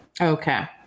okay